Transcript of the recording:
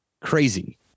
crazy